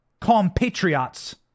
compatriots